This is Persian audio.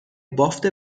بافت